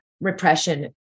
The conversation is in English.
repression